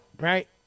Right